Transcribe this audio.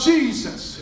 Jesus